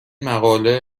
مقاله